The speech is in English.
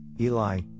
Eli